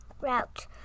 route